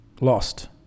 lost